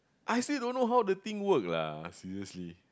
I still don't know how the thing work lah seriously